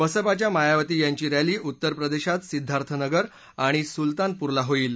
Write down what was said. बसपाच्या मायावती यांची रॅली उत्तर प्रदेशात सिद्धार्थ नगर आणि सुलतानपूरला होईल